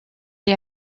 est